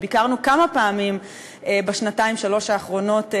ביקרנו כמה פעמים בשנתיים-שלוש האחרונות ברמאללה,